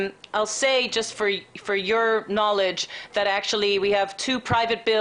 ואנחנו בתהליך של יצירת מה שאנחנו מקווים שיהיה חוק ממשלתי,